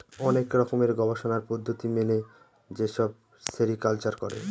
অনেক রকমের গবেষণার পদ্ধতি মেনে যেসব সেরিকালচার করে